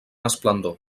esplendor